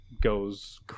goes